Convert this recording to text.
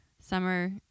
summer